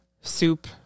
soup